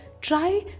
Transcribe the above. Try